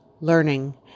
learning